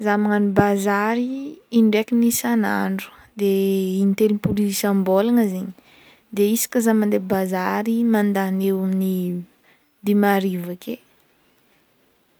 Zah magnano bazary indraiky isanandro de in telopolo isam-bolagna zegny de isaka zah mandeha bazary de mandany eo amny dimy arivo ake.